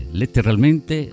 letteralmente